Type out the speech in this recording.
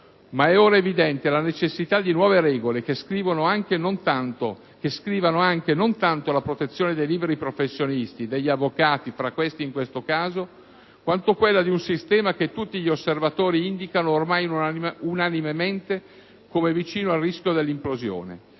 ma è ora evidente la necessità di nuove regole che scrivano anche non tanto la protezione dei liberi professionisti (degli avvocati fra questi, in questo caso), quanto quella di un sistema che tutti gli osservatori indicano ormai unanimemente come vicino al rischio di implosione.